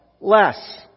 less